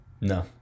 No